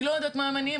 אני לא יודעת מה המניעים,